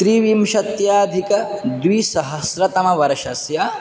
त्रिविंशत्यधिकद्विसहस्रतमवर्षस्य